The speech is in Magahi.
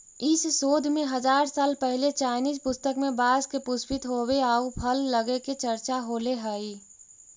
इस शोध में हजार साल पहिले चाइनीज पुस्तक में बाँस के पुष्पित होवे आउ फल लगे के चर्चा होले हइ